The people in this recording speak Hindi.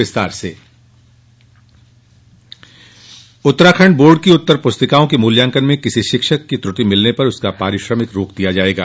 बोर्ड परीक्षा उत्तराखंड बोर्ड की उत्तर पुस्तिकाओं के मूल्यांकन में किसी शिक्षक की त्रुटि मिलने पर उसका पारिश्रमिक रोक दिया जाएगा